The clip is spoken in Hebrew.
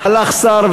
הלך שר,